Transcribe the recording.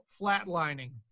flatlining